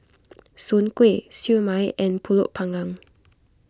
Soon Kway Siew Mai and Pulut Panggang